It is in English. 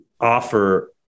offer